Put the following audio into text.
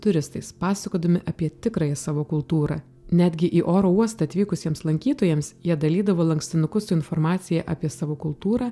turistais pasakodami apie tikrąją savo kultūrą netgi į oro uostą atvykusiems lankytojams jie dalydavo lankstinukus su informacija apie savo kultūrą